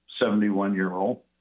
71-year-old